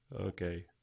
okay